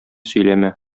сөйләмә